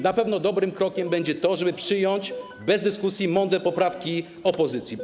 Na pewno dobrym krokiem będzie to, żeby przyjąć bez dyskusji mądre poprawki opozycji.